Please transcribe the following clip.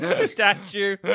statue